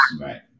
Right